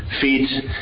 feet